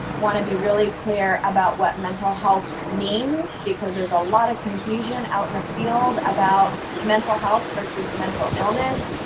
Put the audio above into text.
want to be really clear about what mental health means, because there's a lot of confusion out in the field about mental health versus mental illness,